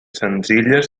senzilles